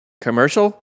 commercial